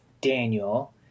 Daniel